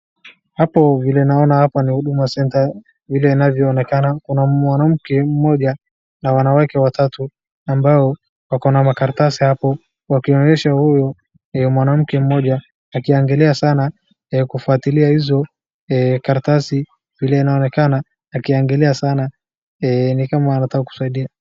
Hapo vile naona hapa ni kwa huduma center vile inavyoonekana. Kuna mwanamke mmoja na wanawake watatu ambao wako na makaratasi hapo wakionyesha huyu mwanamke mmoja akiangalia sana kufuatilia hizo karatasi vile inaonekana akiangalia sana ni kama anataka kusaidia.